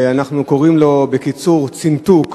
שאנחנו קוראים לו בקיצור "צינתוק".